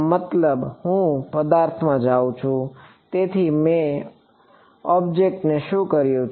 મતલબ હું પદાર્થમાં જાઉં છું તેથી મેં ઑબ્જેક્ટને શું કર્યું છે